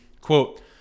quote